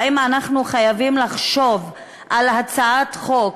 האם אנחנו חייבים לחשוב על הצעת החוק,